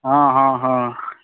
हँ हँ हँ